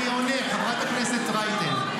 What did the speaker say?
אני עונה, חברת הכנסת רייטן.